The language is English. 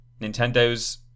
Nintendo's